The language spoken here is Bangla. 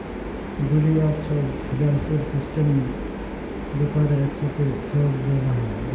দুলিয়ার ছব ফিন্সিয়াল সিস্টেম ব্যাপারে একসাথে ছব জালা যায়